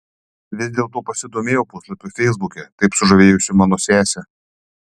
vis dėlto pasidomėjau puslapiu feisbuke taip sužavėjusiu mano sesę